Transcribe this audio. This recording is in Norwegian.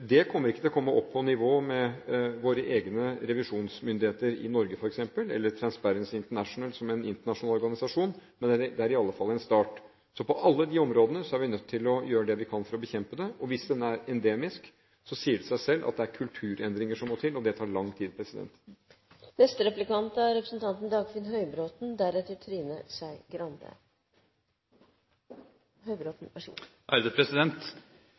Det vil ikke komme på nivå med våre egne revisjonsmyndigheter i Norge, f.eks., eller med Transparency International, som er en internasjonal organisasjon, men det er i alle fall en start. På alle disse områdene er vi nødt til å gjøre det vi kan for å bekjempe korrupsjon. Hvis den er endemisk, sier det seg selv at det er kulturendringer som må til. Det tar lang tid. Jeg vil gjerne tilbake til de etniske motsetningene, som jo er